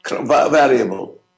variable